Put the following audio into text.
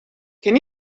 can